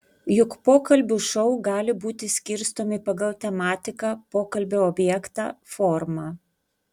juk pokalbių šou gali būti skirstomi pagal tematiką pokalbio objektą formą